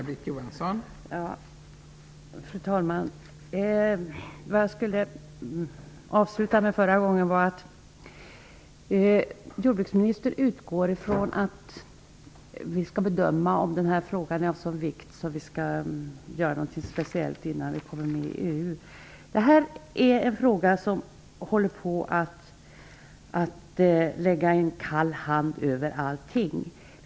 Fru talman! Jordbruksministern utgår från att vi skall bedöma om denna fråga är av sådan vikt att vi måste göra något speciellt innan vi kommer med i EU. Talet om EU håller på att lägga en kall hand över allting.